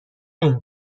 این